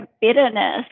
bitterness